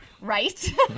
Right